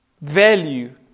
value